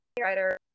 writer